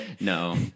No